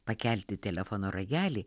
pakelti telefono ragelį